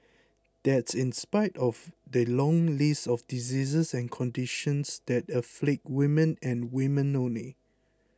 that's in spite of the long list of diseases and conditions that afflict women and women only